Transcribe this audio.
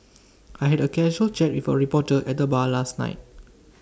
I had A casual chat with A reporter at the bar last night